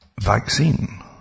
vaccine